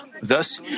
Thus